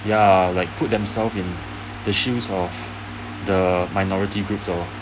ya like put themselves in the shoes of the minority groups lor